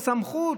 את הסמכות,